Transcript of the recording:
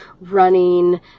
running